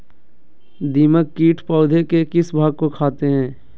दीमक किट पौधे के किस भाग को खाते हैं?